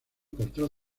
portal